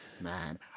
Man